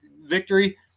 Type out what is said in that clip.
victory